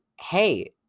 Hey